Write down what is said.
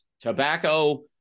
tobacco